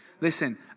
Listen